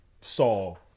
Saul